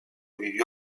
vivió